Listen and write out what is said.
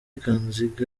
kanziga